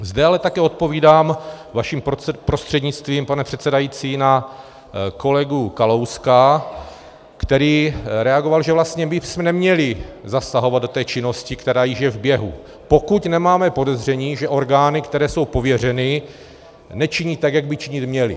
Zde ale také odpovídám vaším prostřednictvím, pane předsedající, na kolegu Kalouska, který reagoval, že vlastně bychom neměli zasahovat do té činnosti, která již je v běhu, pokud nemáme podezření, že orgány, které jsou pověřeny, nečiní tak, jak by činit měly.